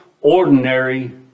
ordinary